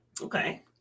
Okay